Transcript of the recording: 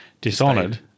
Dishonored